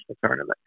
tournament